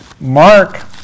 Mark